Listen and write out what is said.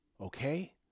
Okay